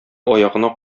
аягына